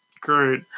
Great